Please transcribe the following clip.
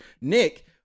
Nick